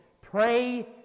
Pray